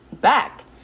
back